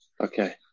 Okay